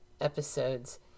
episodes